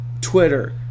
Twitter